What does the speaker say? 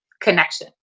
connection